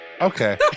Okay